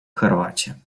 хорватия